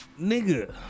Nigga